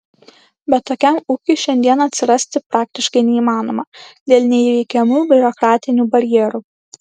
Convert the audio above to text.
bet tokiam ūkiui šiandien atsirasti praktiškai neįmanoma dėl neįveikiamų biurokratinių barjerų